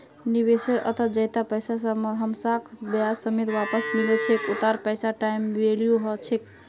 निवेशेर अंतत जैता पैसा हमसाक ब्याज समेत वापस मिलो छेक उता पैसार टाइम वैल्यू ह छेक